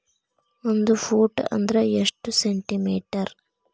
ಒಂದು ಫೂಟ್ ಅಂದ್ರ ಎಷ್ಟು ಸೆಂಟಿ ಮೇಟರ್?